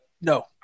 No